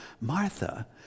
Martha